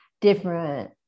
different